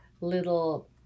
little